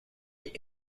est